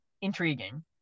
intriguing